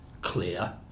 clear